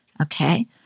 Okay